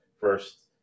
first